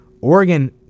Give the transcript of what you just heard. Oregon